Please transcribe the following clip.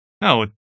no